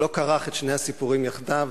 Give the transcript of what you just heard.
הוא לא כרך את שני הסיפורים יחדיו,